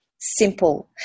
simple